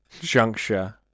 juncture